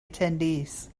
attendees